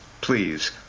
please